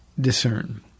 discern